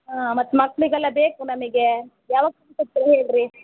ಹಾಂ ಮತ್ತು ಮಕ್ಕಳಿಗೆಲ್ಲ ಬೇಕು ನಮಗೆ ಯಾವಾಗ ಹೇಳಿರಿ